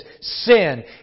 sin